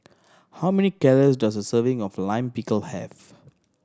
how many calorie does a serving of Lime Pickle have